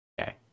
Okay